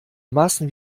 maßen